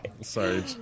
Sorry